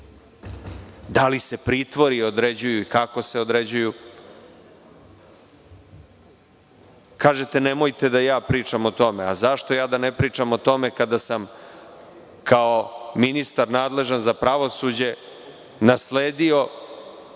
da li se pritvori određuju i kako se određuju, itd. Kažete – nemojte da ja pričam o tome. A zašto ja da ne pričam o tome kada sam kao ministar nadležan za pravosuđe nasledio